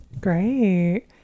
Great